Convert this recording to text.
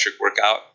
workout